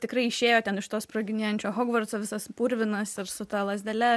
tikrai išėjo ten iš to sproginėjančio hogvarco visas purvinas su ta lazdele